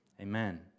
Amen